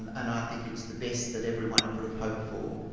and and i think it's the best that everyone could have hoped for.